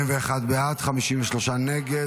42 בעד, 53 נגד.